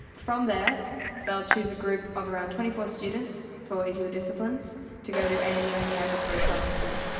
from there they will choose a group of around twenty four students for each of the disciplines to go to anu in canberra for a summer school,